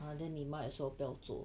!huh! then you might as well 不要做